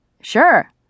Sure